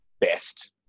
best